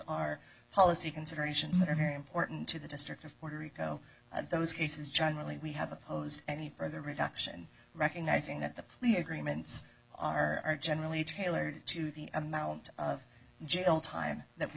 are policy considerations that are very important to the district of puerto rico and those cases generally we have opposed any further reduction recognizing that the plea agreements are generally tailored to the amount of jail time